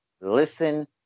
listen